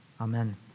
Amen